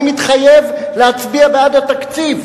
אני מתחייב להצביע בעד התקציב.